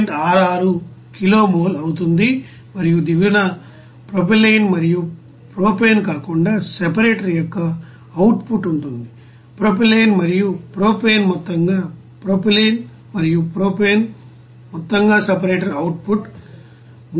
66 kilo mole అవుతుంది మరియు దిగువన ప్రొపైలిన్ మరియు ప్రొపేన్ కాకుండా సెపరేటర్ యొక్క అవుట్పుట్ ఉంటుందిప్రొపైలిన్ మరియు ప్రొపేన్ మొత్తంగా ప్రొపైలిన్ మరియు ప్రొపేన్ మొత్తంగా సెపరేటర్ అవుట్పుట్ 384